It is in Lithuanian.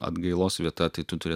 atgailos vieta tai tu turi